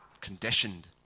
conditioned